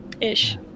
Ish